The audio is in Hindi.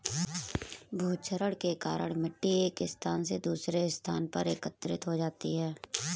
भूक्षरण के कारण मिटटी एक स्थान से दूसरे स्थान पर एकत्रित हो जाती है